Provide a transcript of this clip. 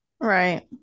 Right